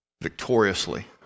victoriously